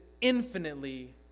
infinitely